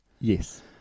Yes